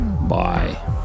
Bye